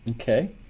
okay